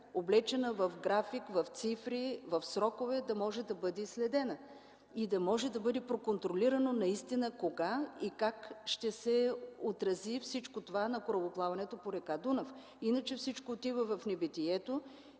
облечена в график, в цифри, в срокове, да може да бъде и следена и да може да бъде проконтролирано кога и как ще се отрази всичко това на корабоплаването по река Дунав. Иначе всичко отива в небитието